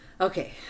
okay